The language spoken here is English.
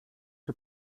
her